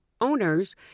owners